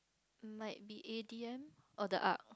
might be A_D_M or the art